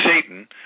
Satan